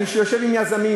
אני יושב עם יזמים,